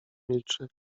milczy